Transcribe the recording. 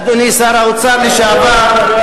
אדוני שר האוצר לשעבר,